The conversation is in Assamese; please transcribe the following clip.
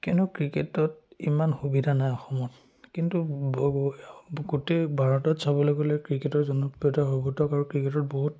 কিয়নো ক্ৰিকেটত ইমান সুবিধা নাই অসমত কিন্তু গোটেই ভাৰতত চাবলৈ গ'লে ক্ৰিকেটৰ জনপ্ৰিয়তাৰ সগত আৰু ক্ৰিকেটত বহুত